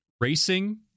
racing